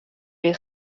les